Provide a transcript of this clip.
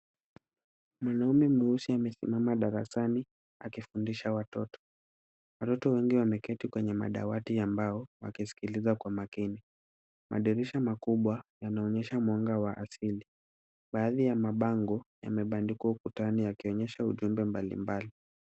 Mwanaume mweusi amesimama darasani akifundisha watoto. Watoto wengi wameketi kwenye madawati ya mbao wakisikiliza wa makini. Madirisha makubwa yanaonyesha mwanga wa asili. Baadhi ya mabango yamebandikwa ukutani yakionyesha ujumbe mbalimbali.